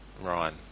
Ryan